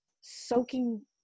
soaking